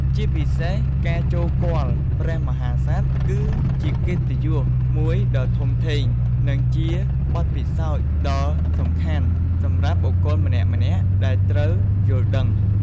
ជាពិសេសការចូលគាល់ព្រះមហាក្សត្រ គឺជាកិត្តិយសមួយដ៏ធំធេង និងជាបទពិសោធន៍ដ៏សំខាន់សម្រាប់បុគ្គលម្នាក់ៗដែលត្រូវយល់ដឹង។